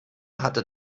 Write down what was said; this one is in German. hatte